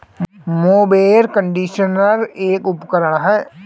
mower conditioner एक उपकरण है